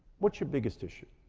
what's your biggest issue?